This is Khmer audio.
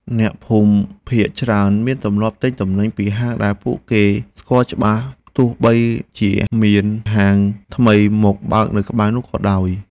អ្នកភូមិភាគច្រើនមានទម្លាប់ទិញទំនិញពីហាងដែលពួកគេស្គាល់ច្បាស់ទោះបីជាមានហាងថ្មីមកបើកនៅក្បែរនោះក៏ដោយ។